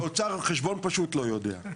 האוצר חשבון פשוט לא יודע.